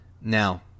Now